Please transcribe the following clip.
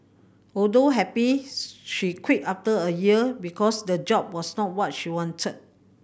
although happy she quit after a year because the job was not what she wanted